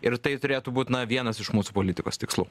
ir tai turėtų būt na vienas iš mūsų politikos tikslų